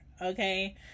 okay